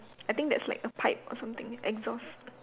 I think that's like a pipe or something exhaust